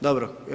Dobro.